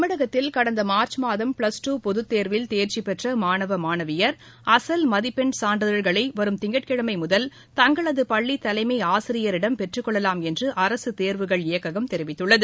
தமிழகத்தில் கடந்த மார்ச் மாதம் ப்ளஸ் டூ பொதுத் தேர்வில் தேர்ச்சிப் பெற்ற மாணவ மாணவியர் அசல் மதிப்பென் சான்றிதழ்களை வரும் திங்கட்கிழமை முதல் தங்களது பள்ளி தலைமை ஆசிரியரிடம் பெற்றுக் கொள்ளலாம் என்று அரசு தேர்வுகள் இயக்ககம் தெரிவித்துள்ளது